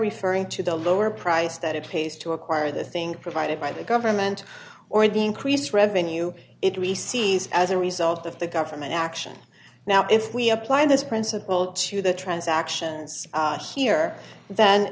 referring to the lower price that it pays to acquire the thing provided by the government or the increased revenue it receives as a result of the government action now if we apply this principle to the transactions here then